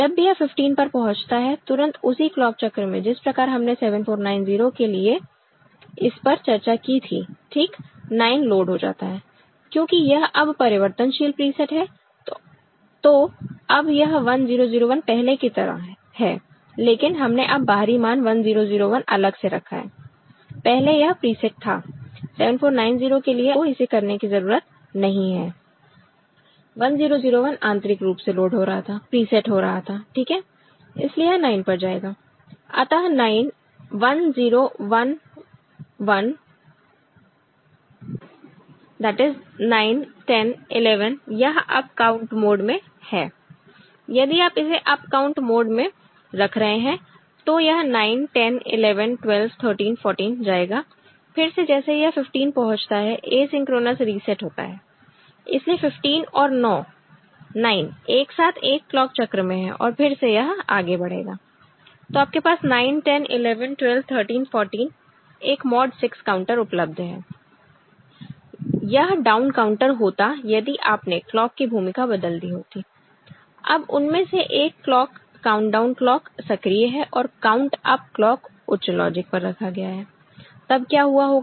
जब भी यह 15 पर पहुंचता है तुरंत उसी क्लॉक चक्र में जिस प्रकार हमने 7490 के लिए इस पर चर्चा की थी ठीक 9 लोड हो जाता है क्योंकि यह अब परिवर्तनशील प्रीसेट है तो अब यह 1 0 0 1 पहले की तरह है लेकिन हमने अब बाहरी मान 1 0 0 1 अलग से रखा है पहले यह प्रीसेट था IC 7490 के लिए आपको इसे करने की जरूरत नहीं है 1 0 0 1 आंतरिक रूप से लोड हो रहा था प्रीसेट हो रहा था ठीक है इसलिए यह 9 पर जाएगा अतः 9 10 11 यह अप काउंट मोड में है यदि आप इसे अप काउंट मोड में रख रहे हैं तो यह 9 10 11 12 13 14 जाएगा फिर से जैसे ही यह 15 पहुंचता है एसिंक्रोनस रीसेट होता है इसलिए 15 और 9 एक साथ एक क्लॉक चक्र में हैं और फिर से यह आगे बढ़ेगा तो आपके पास 9 10 11 12 13 14 एक मॉड 6 काउंटर उपलब्ध है और यह डाउन काउंटर होता यदि आपने क्लॉक की भूमिका बदल दी होतीअब उनमें से एक क्लॉक काउंटडाउन क्लॉक सक्रिय है और काउंट अप क्लॉक उच्च लॉजिक पर रखा गया है तब क्या हुआ होगा